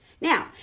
Now